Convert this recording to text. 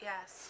Yes